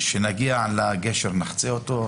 שכשנגיע לגשר, נחצה אותו.